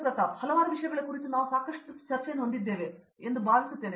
ಪ್ರತಾಪ್ ಹರಿದಾಸ್ ಹಲವಾರು ವಿಷಯಗಳ ಕುರಿತು ನಾವು ಸಾಕಷ್ಟು ಚರ್ಚೆಯನ್ನು ಹೊಂದಿದ್ದೇವೆ ಎಂದು ನಾನು ಭಾವಿಸುತ್ತೇನೆ